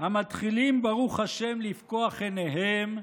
המתחילים ברוך השם לפקוח עיניהם,